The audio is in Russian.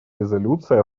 резолюция